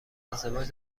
ازدواج